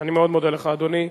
אני מאוד מודה לך, אדוני.